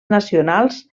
nacionals